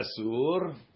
Asur